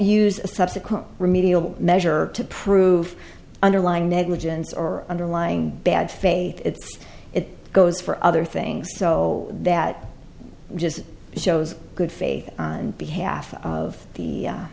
a subsequent remedial measure to prove underlying negligence or underlying bad faith it's it goes for other things so that just shows good faith behalf of the